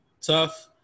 Tough